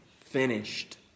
finished